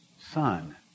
Son